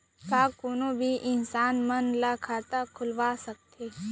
का कोनो भी इंसान मन ला खाता खुलवा सकथे?